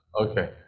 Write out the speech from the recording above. Okay